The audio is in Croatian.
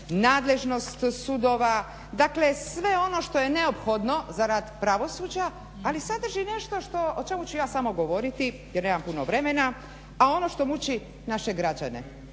nadležnost sudova. Dakle, sve ono što je neophodno za rad pravosuđa ali sadrži nešto što o čemu ću ja samo govoriti, jer nemam puno vremena a ono što muči naše građane